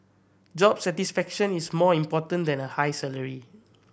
job satisfaction is more important than a high salary